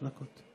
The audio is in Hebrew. שלוש דקות.